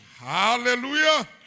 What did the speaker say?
Hallelujah